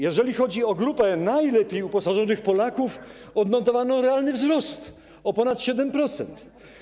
Jeżeli chodzi o grupę najlepiej uposażonych Polaków, odnotowano realny wzrost o ponad 7%.